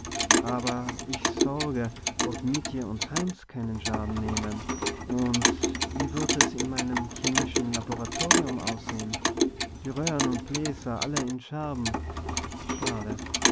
aber ich sorge ob mietje und heinz keinen schaden nahmen und wie wird es in meinem chemischen laboratium aussehen die röhren und gläser alle in scherben schade